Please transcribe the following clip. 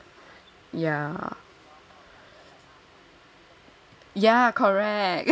ya ya correct